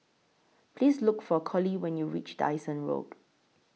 Please Look For Collie when YOU REACH Dyson Road